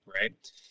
right